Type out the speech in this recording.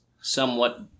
somewhat